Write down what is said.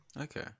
okay